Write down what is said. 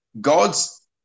God's